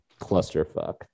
clusterfuck